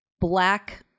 black